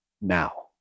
now